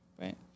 Right